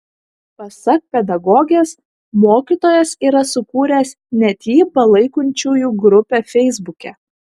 pasak pedagogės mokytojas yra sukūręs net jį palaikančiųjų grupę feisbuke